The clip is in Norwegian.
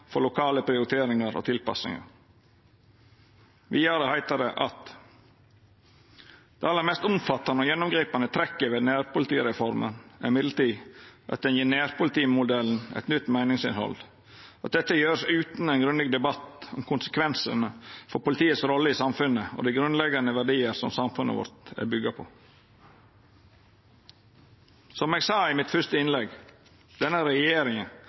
for lokale prioriteringer og tilpasninger.» Vidare står det: «Det aller mest omfattende og gjennomgripende trekket ved Nærpolitireformen er imidlertid at den gir nærpolitimodellen et nytt meningsinnhold, og at dette gjøres uten en grundig debatt om konsekvensene for politiets rolle i samfunnet og de grunnleggende verdier som samfunnet vårt er bygget på.» Som eg sa i mitt fyrste innlegg: Denne